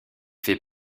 fait